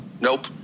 Nope